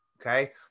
okay